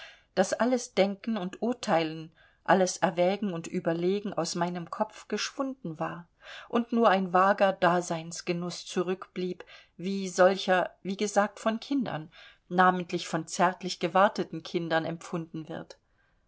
daß alles denken und urteilen alles erwägen und überlegen aus meinem kopf geschwunden war und nur ein vager daseinsgenuß zurückblieb wie solcher wie gesagt von kindern namentlich von zärtlich gewarteten kindern empfunden wird